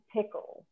Pickle